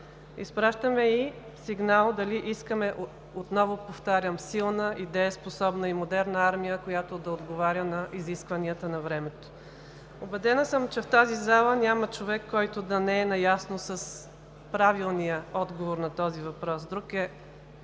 Изпращаме и сигнал дали искаме, отново повтарям, силна, дееспособна и модерна армия, която да отговаря на изискванията на времето? Убедена съм, че в тази зала няма човек, който да не е наясно с правилния отговор на този въпрос.